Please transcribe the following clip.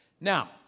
Now